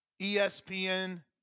ESPN